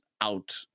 out